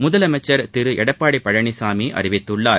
முதலமைச்சா் திரு எடப்பாடி பழனிசாமி அறிவித்துள்ளார்